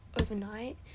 overnight